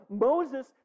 Moses